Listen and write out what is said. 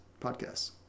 Podcasts